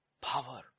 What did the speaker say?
power